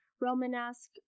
Romanesque